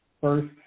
first